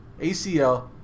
ACL